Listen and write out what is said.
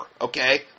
okay